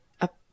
up